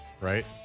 right